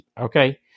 Okay